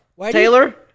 Taylor